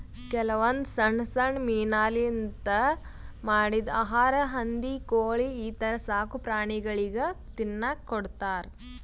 ಕೆಲವೊಂದ್ ಸಣ್ಣ್ ಸಣ್ಣ್ ಮೀನಾಲಿಂತ್ ಮಾಡಿದ್ದ್ ಆಹಾರಾ ಹಂದಿ ಕೋಳಿ ಈಥರ ಸಾಕುಪ್ರಾಣಿಗಳಿಗ್ ತಿನ್ನಕ್ಕ್ ಕೊಡ್ತಾರಾ